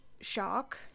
shock